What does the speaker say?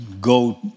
go